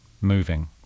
moving